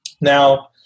Now